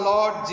Lord